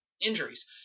injuries